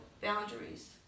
boundaries